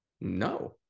No